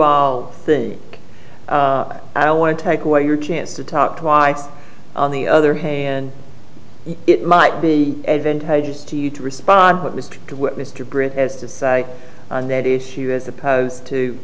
think i want to take away your chance to talk twice on the other hand it might be advantageous to you to respond to what mr brit as to say on that issue as opposed to